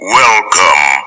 welcome